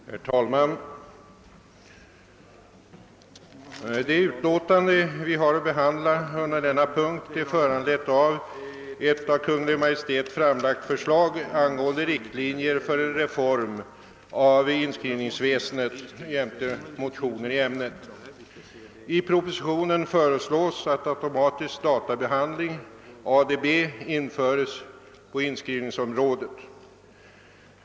Herr talman! Det utlåtande vi har att behandla under denna punkt är föranlett av ett av Kungl. Maj:t framlagt förslag angående riktlinjer för en reform av inskrivningsväsendet jämte motioner i ämnet. I propositionen föreslås att automatisk databehandling — ADB — införs på inskrivningsområdet.